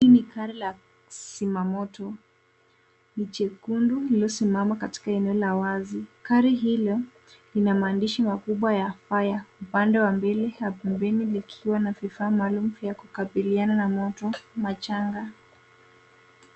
Hili ni gari la zima moto, ni jekundu lililosimama katika eneo la wazi. Gari hilo lina maandishi makubwa ya FIRE upande wa mbele na pembeni likiwa na vifaa maalum vya kukabiliana na Moto majanga.